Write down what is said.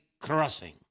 crossing